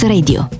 Radio